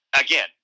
again